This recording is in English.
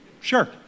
sure